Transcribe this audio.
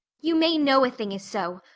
you may know a thing is so,